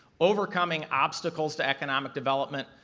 overcoming obstacles to economic development,